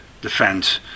defend